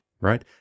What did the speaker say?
Right